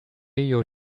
your